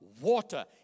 water